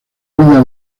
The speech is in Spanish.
vida